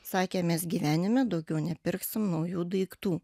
sakė mes gyvenime daugiau nepirksim naujų daiktų